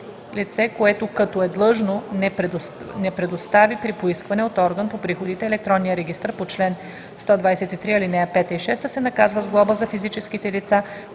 което, като е длъжно, не предостави при поискване от орган по приходите електронния регистър по чл. 123, ал. 5 и 6, се наказва с глоба – за физическите лица,